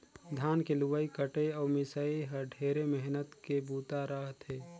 धान के लुवई कटई अउ मिंसई ह ढेरे मेहनत के बूता रह थे